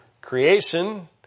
creation